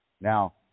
Now